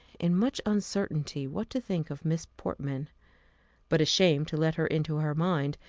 in much uncertainty what to think of miss portman but ashamed to let her into her mind,